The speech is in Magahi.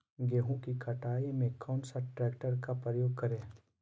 गेंहू की कटाई में कौन सा ट्रैक्टर का प्रयोग करें?